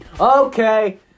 Okay